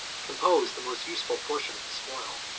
composed the most useful portion of the spoil.